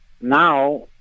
Now